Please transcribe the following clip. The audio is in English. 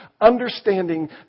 understanding